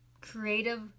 creative